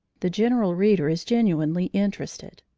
the general reader is genuinely interested.